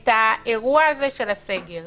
עם כל ההו-הא שצעקו פה, ראינו שלא כצעקתה.